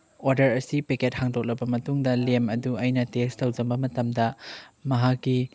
order ꯑꯁꯤ packet ꯍꯥꯡꯗꯣꯛꯂꯕ ꯃꯇꯨꯡꯗ ꯂꯦꯝ ꯑꯗꯨ ꯑꯩꯅ ꯇꯦꯁ ꯇꯧꯖꯕ ꯃꯇꯝꯗ ꯃꯍꯥꯛꯀꯤ